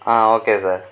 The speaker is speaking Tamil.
ah okay sir